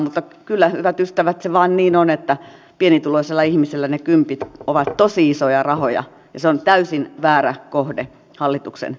mutta kyllä hyvät ystävät se vain niin on että pienituloisella ihmisellä ne kympit ovat tosi isoja rahoja ja se on täysin väärä kohde hallituksen leikkauksille